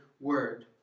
word